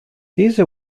these